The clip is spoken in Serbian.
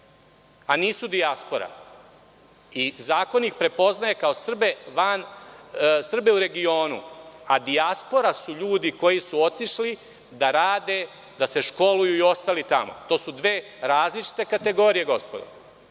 a nisu dijaspora. Zakon ih prepoznaje kao Srbe u regionu, a dijaspora su ljudi koji su otišli da rade, da se školuju i ostali tamo. To su dve različite kategorije, gospodo.